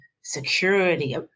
security